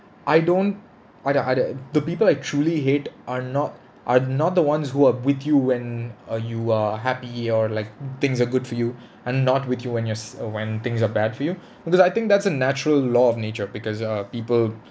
I don't I'd I'd the people I truly hate are not are not the ones who're with you when uh you are happy or like things are good for you and not with you when you're s~ when things are bad for you because I think that's a natural law of nature because uh people